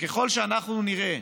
וככל שאנחנו נראה